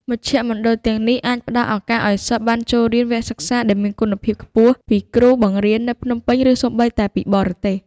មជ្ឈមណ្ឌលទាំងនេះអាចផ្តល់ឱកាសឱ្យសិស្សបានចូលរៀនវគ្គសិក្សាដែលមានគុណភាពខ្ពស់ពីគ្រូបង្រៀននៅភ្នំពេញឬសូម្បីតែពីបរទេស។